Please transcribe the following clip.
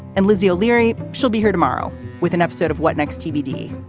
and lizzie o'leary, she'll be here tomorrow with an episode of what next tbd.